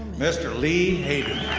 mr. lee hayden.